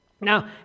Now